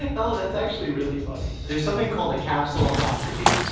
oh, that's actually really funny. there's something called a capsule endoscopy,